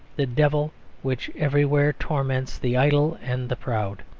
the devil which everywhere torments the idle and the proud.